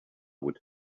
would